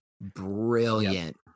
brilliant